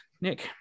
Nick